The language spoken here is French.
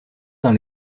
dans